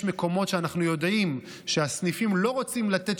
יש מקומות שאנחנו יודעים שהסניפים לא רוצים לתת